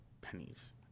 Pennies